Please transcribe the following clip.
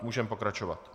Můžeme pokračovat.